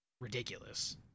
ridiculous